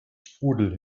sprudel